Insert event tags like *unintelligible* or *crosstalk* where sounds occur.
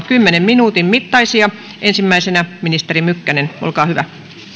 *unintelligible* kymmenen minuutin mittaisia ensimmäisenä ministeri mykkänen olkaa hyvä